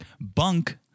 Bunk